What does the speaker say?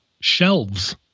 shelves